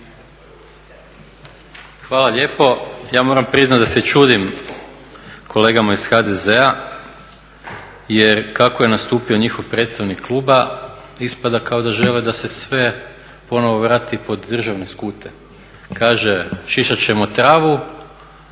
Hvala lijepo. Ja moram priznati da se čudim kolegama iz HDZ-a jer kako je nastupio njihov predstavnik kluba ispada kao da žele da se sve ponovno vrati pod državne skute. Kaže šišati ćemo travu